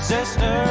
Sister